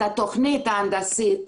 את התוכנית ההנדסית.